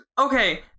Okay